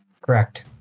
Correct